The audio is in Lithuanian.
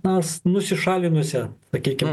na s nusišalinusią sakykim